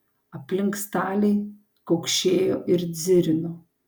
aplink staliai kaukšėjo ir dzirino